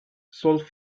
sold